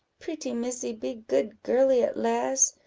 pretty missy be good girly at last!